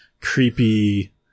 creepy